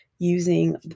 using